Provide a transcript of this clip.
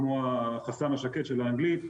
כמו החסם השקט של האנגלית,